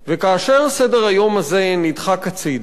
כאשר סדר-היום הזה נדחק הצדה,